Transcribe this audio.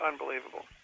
unbelievable